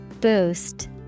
Boost